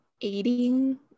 aiding